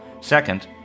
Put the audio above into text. Second